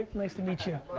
nice to meet you.